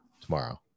tomorrow